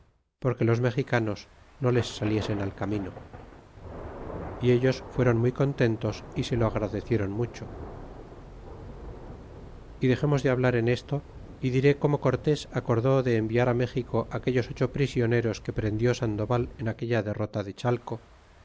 porque los mexicanos no les saliesen al camino y ellos fueron muy contentos y se lo agradeciéron mucho y dexemos de hablar en esto y diré como cortés acordó de en viar méxico aquellos ocho prisioneros que prendió sandoval en aquella derrota de chalco